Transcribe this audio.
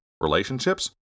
relationships